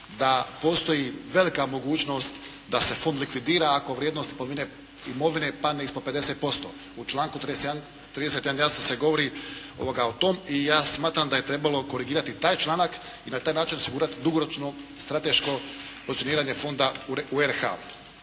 da postoji velika mogućnost da se fond likvidira ako vrijednost imovine padne ispod 50%. U članku 31. jasno se govori o tome i ja smatram da je trebalo korigirati taj članak i na taj način osigurati dugoročnu strateško funkcioniranje fonda u RH.